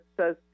says